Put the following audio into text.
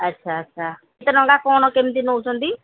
ଆଚ୍ଛା ଆଚ୍ଛା କେତେ ଟଙ୍କା କ'ଣ କେମିତି ନେଉଛନ୍ତି